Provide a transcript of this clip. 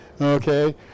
Okay